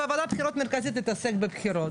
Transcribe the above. וועדת בחירות מרכזית להתעסק בבחירות,